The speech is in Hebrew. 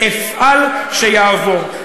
אפעל שיעבור.